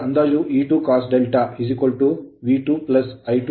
ಈಗ ಅಂದಾಜು E2 cos V2 I2 Re2